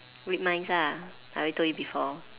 read minds ah I already told you before